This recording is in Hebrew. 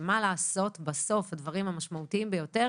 מה לעשות, בסוף הדברים המשמעותיים ביותר